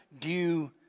due